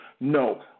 No